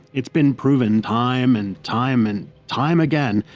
it's been disproven time and time and time again,